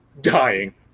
dying